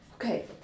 Okay